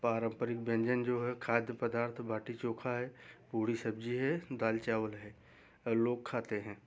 पराम्परिक व्यंजन जो है खाद्य पदार्थ बाटी चोखा है पूड़ी सब्जी है दाल चावल है लोग खाते हैं